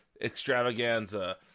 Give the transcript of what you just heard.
extravaganza